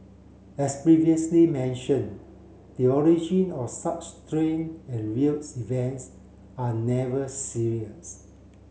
as previously mentioned the origin of such strange and weird events are never serious